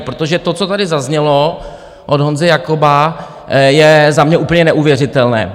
Protože to, co tady zaznělo od Honzy Jakoba, je za mě úplně neuvěřitelné.